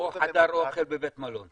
או חדר אוכל בבית מלון.